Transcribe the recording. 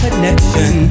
Connection